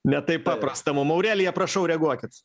ne taip paprasta mum aurelija prašau reaguokit